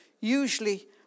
Usually